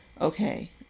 okay